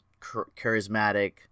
charismatic